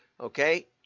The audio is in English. okay